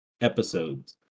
episodes